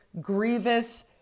grievous